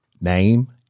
name